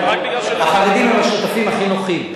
החרדים הם השותפים הכי נוחים.